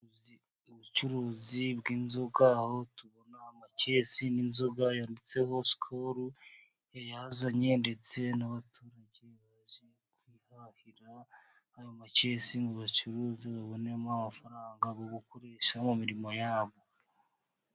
Ubucuruzi bw'inzoga ,aho tubona amakesi n'inzoga yanditseho sikoro. Yayazanye ndetse n'abaturage baje kwihahira ayo makesi, ngo bacuruze babonemo amafaranga yo gukoresha mu mirimo yabo.